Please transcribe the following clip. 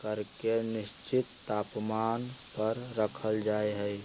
करके निश्चित तापमान पर रखल जा हई